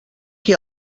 qui